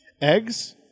Eggs